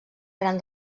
gran